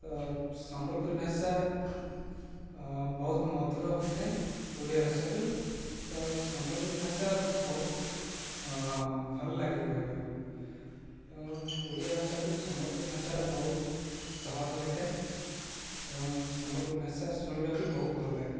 ତ ସମ୍ବଲପୁରୀ ଭାଷା ବହୁତ ମଧୁର ହୋଇଥାଏ ଓଡ଼ିଆ ଭାଷା ଠୁ ତ ସମ୍ବଲପୁରୀ ଭାଷା ବହୁତ ଭଲ ଲାଗେ କହିବାକୁ ଓଡ଼ିଆ ଭାଷା ଠୁ ସମ୍ବଲପୁରୀ ଭାଷାଟା ବହୁତ ସହଜ ହୋଇଥାଏ ଏବଂ ସମ୍ବଲପୁରୀ ଭାଷା ଶୁଣିବାକୁ ବହୁତ ଭଲ ଲାଗେ